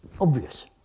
Obvious